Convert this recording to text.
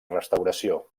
restauració